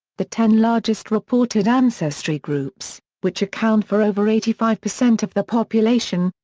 the ten largest reported ancestry groups, which account for over eighty five percent of the population,